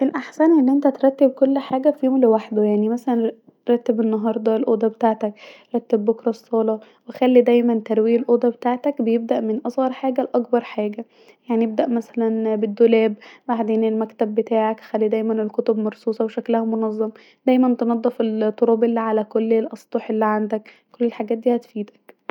الاحسن انك ترتب كل حاجه في يوم لوحده يعني مثلا ترتب انهارده الأوضة بتاعتك وترتب بكره الصالة خلي دايما ترويق الأوضه بتاعتك بيبدأ من اصغر حاجه لأكبر حاجه يعني ابدا مثلا والدولاب بعدين المكتب بتاعك خلي مثلا الكتب مرصوصه وشكلها منظم نضف كل التراب الي علي الاسطح الي عندك دي اكتر حاجه هتفيدك